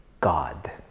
God